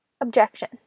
Objection